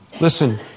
Listen